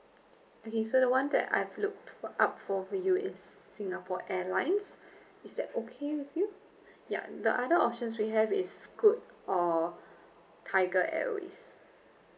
okay so the one that I've looked up for you is Singapore Airlines is that okay with you ya the other options we have is Scoot or Tiger Airways